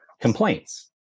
complaints